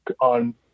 on